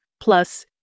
plus